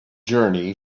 journey